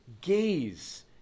Gaze